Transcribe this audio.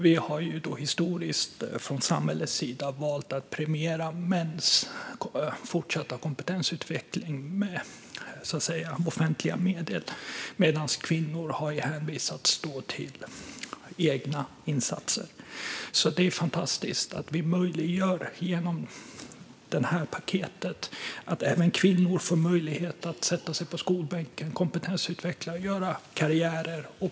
Vi har historiskt sett från samhällets sida valt att premiera mäns fortsatta kompetensutveckling med offentliga medel, medan kvinnor har hänvisats till egna insatser. Det är fantastiskt att även kvinnor genom det här paketet får möjlighet att sätta sig i skolbänken, kompetensutveckla sig och göra karriär.